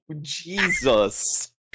Jesus